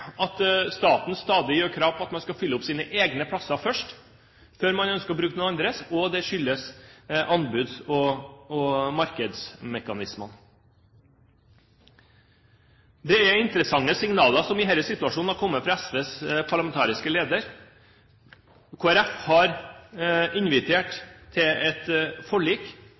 at staten stadig gjør krav på at man skal fylle opp sine egne plasser først før man ønsker å bruke noen andres, og det skyldes anbuds- og markedsmekanismer. Det er interessante signaler som i denne situasjonen har kommet fra SVs parlamentariske leder. Kristelig Folkeparti har invitert til et forlik.